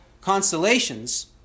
constellations